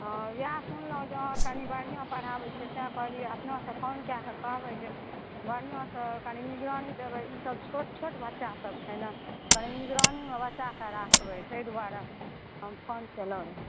ओ उएह सुनलहुँ जे अहाँ कनी बढ़िआँ पढ़ाबैत छियै तैँ कहलियै अपनासँ फोन कए कऽ कहबै जे बढ़िआँसँ कनी निगरानी देबै ईसभ छोट छोट बच्चासभ छै ने कनी निगरानीममे बच्चाकेँ राखबै ताहि दुआरे हम फोन केलहुँ रहए